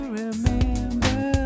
remember